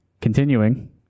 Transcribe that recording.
Continuing